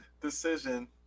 decision